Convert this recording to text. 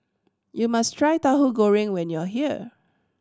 you must try Tahu Goreng when you are here